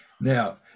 Now